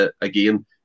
again